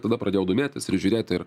tada pradėjau domėtis ir žiūrėti ir